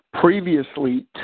Previously